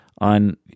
on